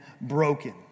broken